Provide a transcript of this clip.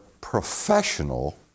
professional